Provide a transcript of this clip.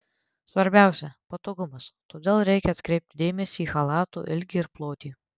svarbiausia patogumas todėl reikia atkreipti dėmesį į chalato ilgį ir plotį